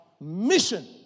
mission